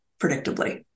predictably